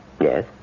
Yes